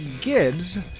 Gibbs